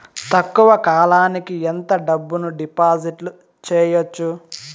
తక్కువ కాలానికి ఎంత డబ్బును డిపాజిట్లు చేయొచ్చు?